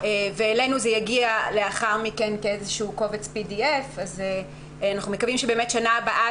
אלינו זה יגיע לאחר מכן כאיזשהו קובץ PDF. אנחנו מקווים שבשנה הבאה